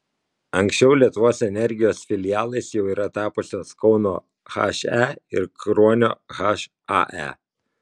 anksčiau lietuvos energijos filialais jau yra tapusios kauno he ir kruonio hae